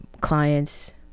clients